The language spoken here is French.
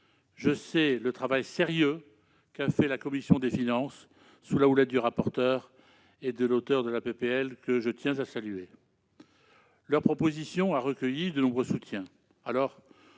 Je sais le travail sérieux qu'a fait la commission des finances, sous la houlette du rapporteur et de l'auteur de la proposition de loi, que je tiens à le saluer. Leur proposition a déjà recueilli de nombreux soutiens.